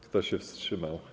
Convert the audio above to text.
Kto się wstrzymał?